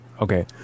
Okay